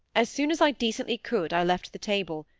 as soon as i decently could i left the table,